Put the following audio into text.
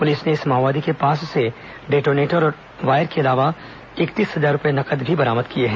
police ने इस माओवादी के पास से र्डेटोनेटर और वायर के अलावा इकतीस हजार रूपये नगद भी बरामद किए हैं